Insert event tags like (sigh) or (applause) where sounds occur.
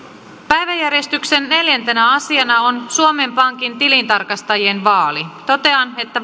päiväjärjestyksen neljäntenä asiana on suomen pankin tilintarkastajien vaali totean että (unintelligible)